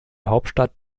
hauptstadt